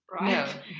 right